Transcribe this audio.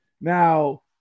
Now